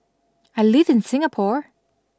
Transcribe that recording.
I live in Singapore